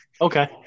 Okay